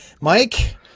Mike